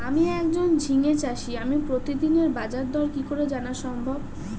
আমি একজন ঝিঙে চাষী আমি প্রতিদিনের বাজারদর কি করে জানা সম্ভব?